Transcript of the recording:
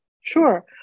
Sure